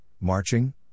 marching